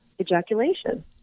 ejaculation